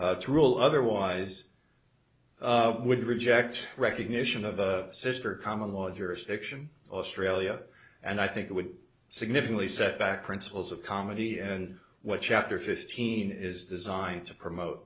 to rule otherwise would reject recognition of the sister common law as your section australia and i think it would significantly set back principles of comedy and what chapter fifteen is designed to promote